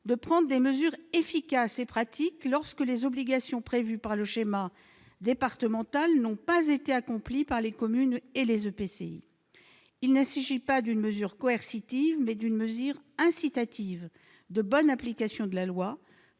de prendre des mesures efficaces et pratiques lorsque les obligations prévues par le schéma départemental n'ont pas été accomplies par les communes ou les EPCI. Il ne s'agit pas d'une mesure coercitive, il s'agit d'une disposition incitative, de bonne application de la loi,